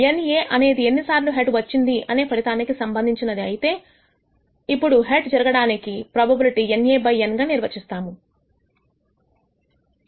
NA అనేది ఎన్నిసార్లు head వచ్చింది అనే ఫలితానికి సంబంధించినది అయితే ఇప్పుడు హెడ్ జరగడానికి ప్రోబబిలిటీ NA బై N గా నిర్వచిస్తాము